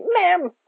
ma'am